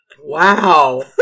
wow